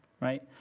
Right